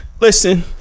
Listen